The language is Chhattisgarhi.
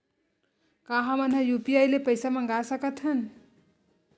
का हमन ह यू.पी.आई ले पईसा मंगा सकत हन?